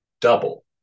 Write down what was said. double